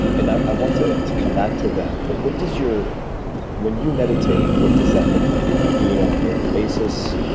and now i want to to come back to that, but what does your when you meditate, what does that look like, and do you do it on a daily basis,